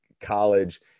college